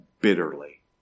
bitterly